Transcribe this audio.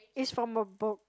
is from a book